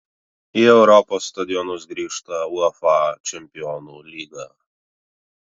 į europos stadionus grįžta uefa čempionų lyga